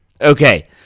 Okay